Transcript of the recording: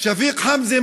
שפיק חמזה,